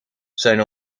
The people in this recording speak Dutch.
zijn